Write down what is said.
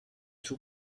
two